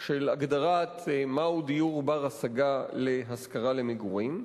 של הגדרת דיור בר-השגה להשכרה למגורים.